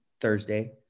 Thursday